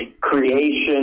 creation